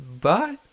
bye